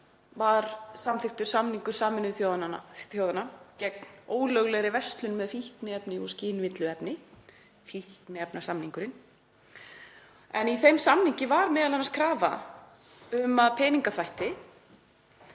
var samþykktur samningur Sameinuðu þjóðanna gegn ólöglegri verslun með fíkniefni og skynvilluefni, fíkniefnasamningurinn. Í þeim samningi var m.a. krafa um að peningaþvætti